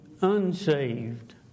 unsaved